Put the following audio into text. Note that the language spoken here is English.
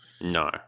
no